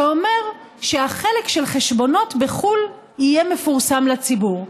שאומר שהחלק של חשבונות בחו"ל יהיה מפורסם לציבור,